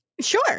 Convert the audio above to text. Sure